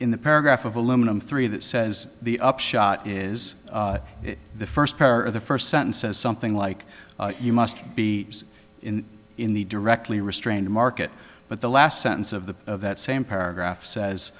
in the paragraph of aluminum three that says the upshot is the first part of the first sentence says something like you must be in in the directly restrained market but the last sentence of the of that same paragraph says